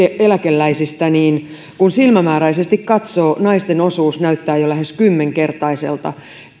eläkeläisistä niin kun silmämääräisesti katsoo naisten osuus näyttää jo lähes kymmenkertaiselta